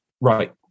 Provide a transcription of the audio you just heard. right